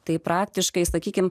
tai praktiškai sakykime